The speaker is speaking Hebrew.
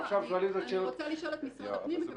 אנחנו שואלים עכשיו את השאלות --- אני רוצה לשאול את משרד הפנים,